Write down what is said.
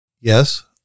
Yes